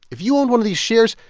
if you owned one of these shares,